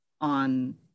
on